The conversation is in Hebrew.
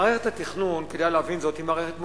מערכת התכנון, כדאי להבין זאת, היא מערכת מורכבת.